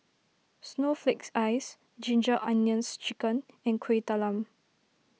Snowflake Ice Ginger Onions Chicken and Kueh Talam